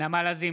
נעמה לזימי,